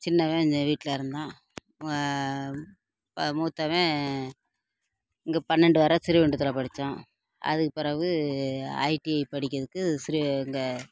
சின்னவன் இஞ்ச வீட்டில் இருந்தான் மூத்தவன் இங்கே பன்னெண்டு வர ஸ்ரீவைகுண்டத்தில் படிச்சான் அதுக்கு பிறவு ஐடிஐ படிக்கிறதுக்கு சிறு இங்கே